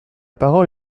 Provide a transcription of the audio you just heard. parole